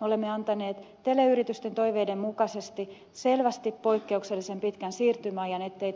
me olemme antaneet teleyritysten toiveiden mukaisesti selvästi poikkeuksellisen pitkän siirtymäajan ettei